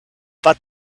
but